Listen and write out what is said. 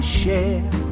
share